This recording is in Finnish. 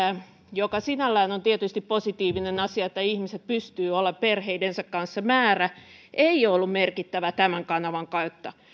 mikä sinällään on tietysti positiivinen asia että ihmiset pystyvät olemaan perheidensä kanssa määrä ei ole ollut merkittävää tämän kanavan kautta